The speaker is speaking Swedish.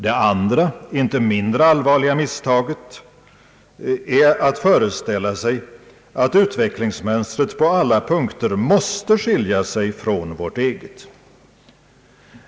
Det andra, inte mindre allvarliga, misstaget är att föreställa sig att utvecklingsmönstret på alla punkter måste skilja sig från vårt eget.